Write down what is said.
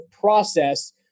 process